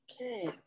Okay